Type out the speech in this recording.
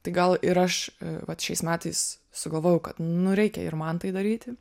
tai gal ir aš vat šiais metais sugalvojau kad nu reikia ir man tai daryti